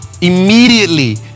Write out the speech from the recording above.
Immediately